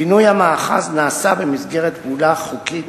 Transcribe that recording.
פינוי המאחז נעשה במסגרת פעולה חוקית